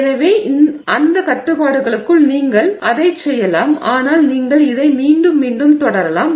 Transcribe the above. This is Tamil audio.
எனவே அந்த கட்டுப்பாடுகளுக்குள் நீங்கள் அதைச் செய்யலாம் ஆனால் நீங்கள் இதை மீண்டும் மீண்டும் தொடரலாம்